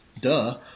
Duh